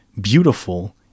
beautiful